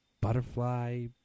Butterfly